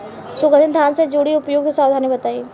सुगंधित धान से जुड़ी उपयुक्त सावधानी बताई?